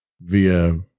via